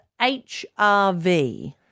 HRV